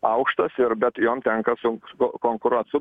aukštas ir bet jom tenka sukonkuruot su